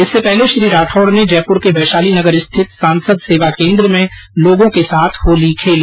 इससे पहले श्री राठौड़ ने जयपुर के वैशाली नगर स्थित सांसद सेवा केन्द्र में लोगों के साथ होली खेली